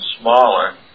smaller